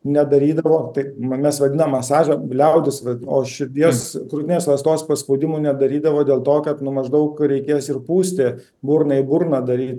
nedarydavo taip mes vadinam masažą liaudis o širdies krūtinės ląstos paspaudimų nedarydavo dėl to kad nu maždaug reikės ir pūsti burna į burną daryt